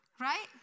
Right